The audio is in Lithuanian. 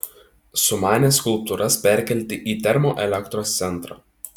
sumanė skulptūras perkelti į termoelektros centrą